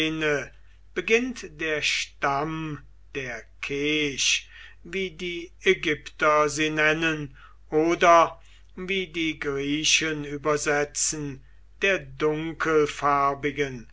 beginnt der stamm der kesch wie die ägypter sie nennen oder wie die griechen übersetzen der